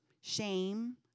shame